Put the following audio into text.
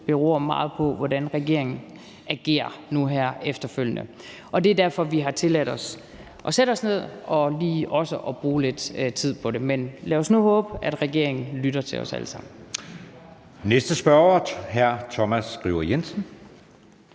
beror meget på, hvordan regeringen agerer nu her efterfølgende. Og det er derfor, vi har tilladt os at sætte os ned og også lige bruge lidt tid på det. Men lad os nu håbe, at regeringen lytter til os alle sammen.